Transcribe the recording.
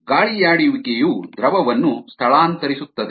ಗಾಳಿಯಾಡುವಿಕೆಯು ದ್ರವವನ್ನು ಸ್ಥಳಾಂತರಿಸುತ್ತದೆ